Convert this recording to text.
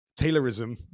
taylorism